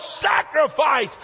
sacrifice